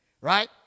right